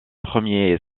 premier